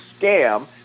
scam